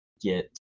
get